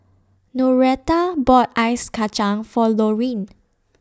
Noreta bought Ice Kacang For Loreen